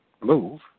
move